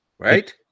Right